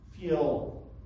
feel